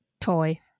toy